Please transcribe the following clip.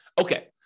Okay